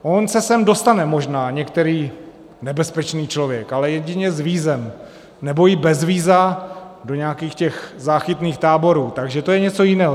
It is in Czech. On se sem dostane možná některý nebezpečný člověk, ale jedině s vízem, nebo i bez víza do nějakých těch záchytných táborů, takže to je něco jiného.